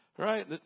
Right